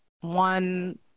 One